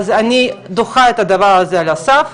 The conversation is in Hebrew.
אני דוחה את הדבר הזה על הסף,